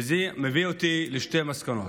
וזה מביא אותי לשתי מסקנות: